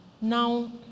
now